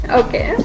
okay